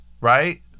right